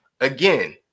again